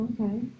Okay